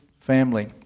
family